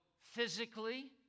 physically